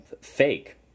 fake